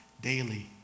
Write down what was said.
daily